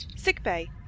Sickbay